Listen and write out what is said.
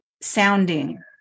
sounding